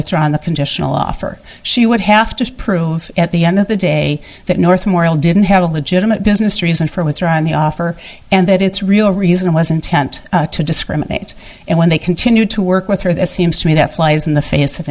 withdrawn the conditional offer she would have to prove at the end of the day that north morial didn't have a legitimate business reason for with her on the offer and that it's real reason was intent to discriminate and when they continued to work with her that seems to me that flies in the face of